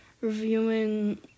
reviewing